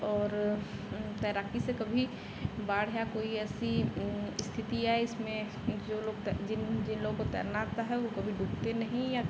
और तैराकी से कभी बाढ़ या कोई ऐसी इस्थिति आए इसमें जो लोग तैर जिन जिन लोग को तैरना आता है वह कभी डूबते नहीं या